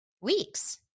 weeks